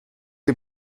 die